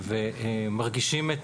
ומרגישים את